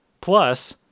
Plus